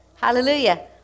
Hallelujah